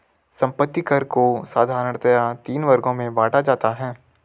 संपत्ति कर को साधारणतया तीन वर्गों में बांटा जाता है